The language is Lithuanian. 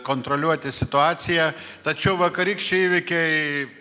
kontroliuoti situaciją tačiau vakarykščiai įvykiai